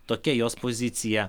tokia jos pozicija